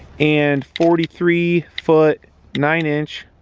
and forty three foot nine inch